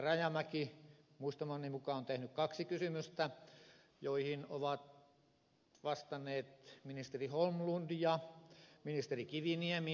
rajamäki muistamani mukaan on tehnyt kaksi kysymystä joihin ovat vastanneet ministeri holmlund ja ministeri kiviniemi eri tavoin